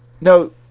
no